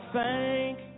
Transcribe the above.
thank